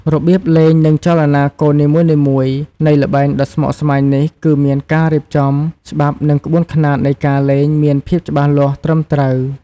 របៀបលេង និងចលនាកូននីមួយៗ នៃល្បែងដ៏ស្មុគស្មាញនេះគឺមានការរៀបចំ ច្បាប់និងក្បួនខ្នាតនៃការលេងមានភាពច្បាស់លាស់ត្រឹមត្រូវ។